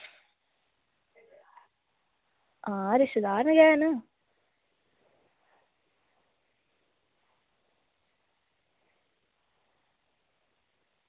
आं रिश्तेदार गै न